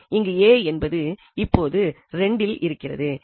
அங்கு a என்பது இப்பொழுது 2 இல் இருக்கிறது